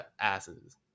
asses